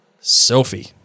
Sophie